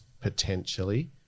potentially